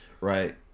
right